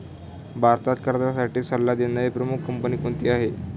भारतात कर्जासाठी सल्ला देणारी प्रमुख कंपनी कोणती आहे?